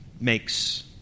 makes